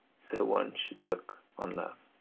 so one should look on love.